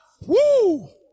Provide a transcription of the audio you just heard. Woo